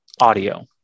Audio